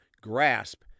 grasp